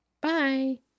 Bye